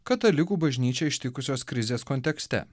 katalikų bažnyčią ištikusios krizės kontekste